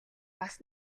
бас